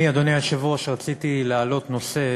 אני, אדוני היושב-ראש, רציתי להעלות נושא